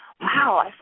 wow